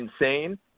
insane